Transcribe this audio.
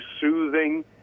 soothing